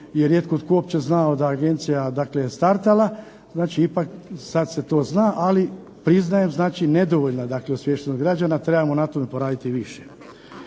je rijetko tko uopće znao da agencija startala, znači sada se to zna ali priznajem nedovoljna osviještenost građana, trebamo na tome poraditi više.